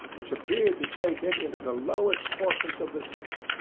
which appeared to take him into the lowest portions of the city.